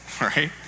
right